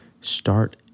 Start